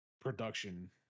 production